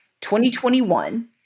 2021